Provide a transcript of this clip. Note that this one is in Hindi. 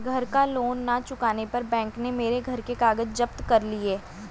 घर का लोन ना चुकाने पर बैंक ने मेरे घर के कागज जप्त कर लिए